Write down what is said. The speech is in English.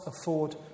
afford